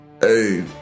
Hey